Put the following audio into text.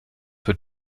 wird